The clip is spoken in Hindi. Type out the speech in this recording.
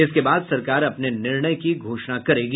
इसके बाद सरकार अपने निर्णय की घोषणा करेगी